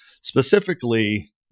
specifically